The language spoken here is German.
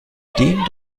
dem